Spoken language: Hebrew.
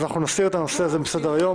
אז נסיר את הנושא הזה מסדר-היום.